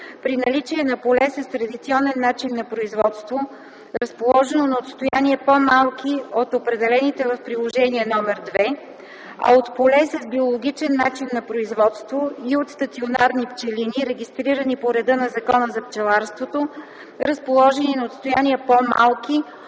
при наличие на поле с традиционен начин на производство, разположено на отстояния по-малки от определените в Приложение № 2, а от поле с биологичен начин на производство и от стационарни пчелини, регистрирани по реда на Закона за пчеларството, разположени на отстояния по-малки